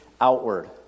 outward